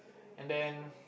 and then